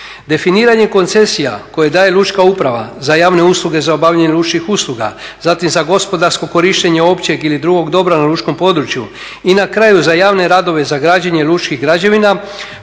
Definiranje koncesija koje daje lučka uprava za javne usluge za obavljanje lučkih usluga, zatim za gospodarsko korištenje općeg ili drugog dobra na lučkom području i na kraju za javne radove za građenje lučkih građevina,